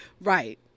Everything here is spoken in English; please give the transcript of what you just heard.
Right